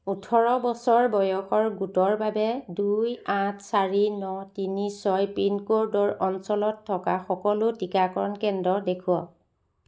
ওঠৰ বছৰ বয়সৰ গোটৰ বাবে দুই আঠ চাৰি ন তিনি ছয় পিনক'ডৰ অঞ্চলত থকা সকলো টীকাকৰণ কেন্দ্ৰ দেখুৱাওক